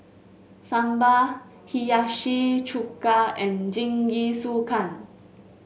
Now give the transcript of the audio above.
Sambar Hiyashi Chuka and Jingisukan